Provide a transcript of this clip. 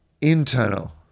internal